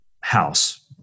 house